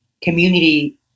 community